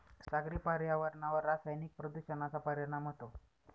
सागरी पर्यावरणावर रासायनिक प्रदूषणाचा परिणाम होतो